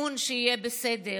אין אמון שיהיה בסדר.